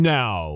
now